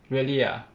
really ah